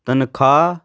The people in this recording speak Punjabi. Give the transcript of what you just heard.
ਤਨਖਾਹ